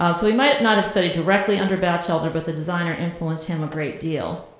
um so he might not have studied directly under bachelder, but the designer influenced him a great deal.